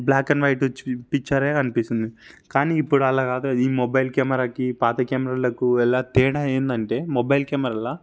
black and white పిక్చరే కనిపిస్తుంది కానీ ఇప్పుడు అలా కాదు ఈ మొబైల్ కెమెరాకి పాత కెమెరాలకు ఎలా తేడా ఏందంటే మొబైల్ కెమెరాల